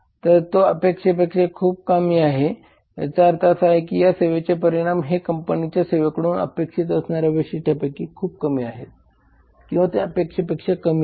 तर तो अपेक्षेपेक्षा खूप कमी आहे याचा अर्थ असा आहे की या सेवेचे परिमाण हे कंपनीच्या सेवेकडून अपेक्षित असणाऱ्या वैशिष्ट्यापेक्षा खूप कमी आहेत किंवा ते अपेक्षेपेक्षा कमी आहेत